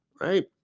right